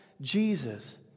Jesus